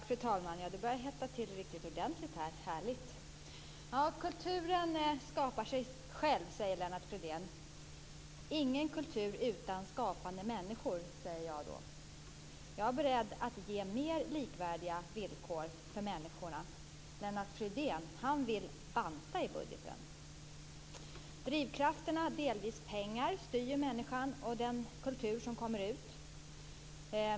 Fru talman! Det börjar hetta till riktigt ordentligt här. Härligt! Kulturen skapar sig själv, säger Lennart Fridén. Ingen kultur utan skapande människor, säger jag då. Jag är beredd att ge mer likvärdiga villkor för människor. Lennart Fridén vill banta budgeten. Drivkrafterna, delvis pengar, styr människan och den kultur som kommer ut.